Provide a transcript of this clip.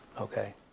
Okay